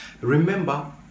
Remember